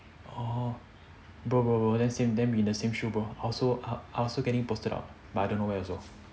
oh bro bro bro then same then we in the same shoe bro I also I also getting posted out but I don't know where though